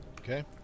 Okay